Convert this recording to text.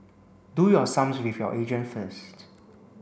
do your sums with your agent first